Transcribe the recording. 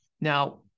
Now